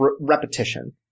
repetition